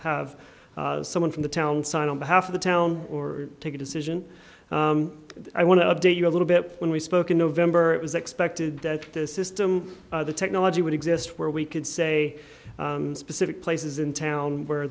have someone from the town sign on behalf of the town or take a decision i want to update you a little bit when we spoke in november it was expected that the system the technology would exist where we could say specific places in town where